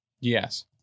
Yes